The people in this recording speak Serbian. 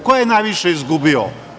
Ko je najviše izgubio?